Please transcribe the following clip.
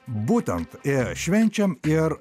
būtent i švenčiam ir